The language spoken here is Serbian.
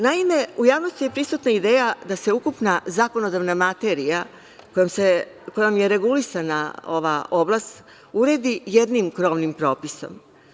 Naime, u javnosti je prisutna ideja da se ukupna zakonodavna materija kojom je regulisana ova oblast uredi jednim krovnim propisom.